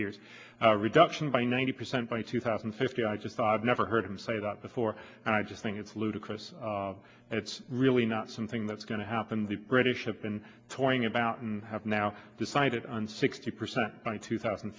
years reduction by ninety percent by two thousand and fifty i just thought i'd never heard him say that before and i just think it's ludicrous and it's really not something that's going to happen the british have been talking about and have now decided on sixty percent by two thousand